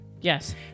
Yes